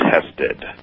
tested